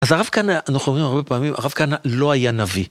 אז הרב כהנא, אנחנו אומרים הרבה פעמים, הרב כהנא לא היה נביא.